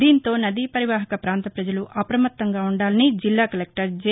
దీంతో నదీ పరివాహక ప్రాంత ప్రజలు అప్రమత్తంగా ఉండాలని జిల్లా కలెక్లర్ జె